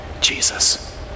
Jesus